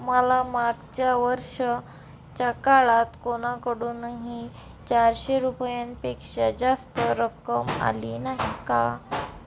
मला मागच्या वर्षाच्या काळात कोणाकडूनही चारशे रुपयांपेक्षा जास्त रक्कम आली नाही का